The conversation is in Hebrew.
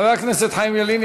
חבר הכנסת חיים ילין,